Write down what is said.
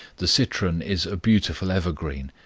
the citron is a beautiful evergreen,